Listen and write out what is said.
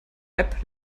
app